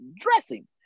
dressing